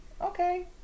Okay